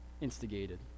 instigated